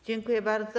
Dziękuję bardzo.